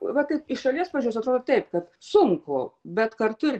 va kaip iš šalies pažiūrėjus atrodo taip kad sunku bet kartu ir